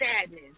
sadness